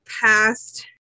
past